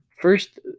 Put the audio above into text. first